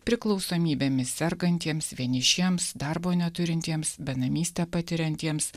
priklausomybėmis sergantiems vienišiems darbo neturintiems benamystę patiriantiems